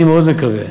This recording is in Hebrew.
אני מאוד מקווה,